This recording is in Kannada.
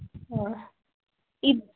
ಹಾಂ ಇದು